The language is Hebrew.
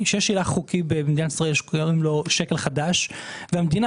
שיש- -- חוקי במדינת ישראל ששמו שקל חדש והמדינה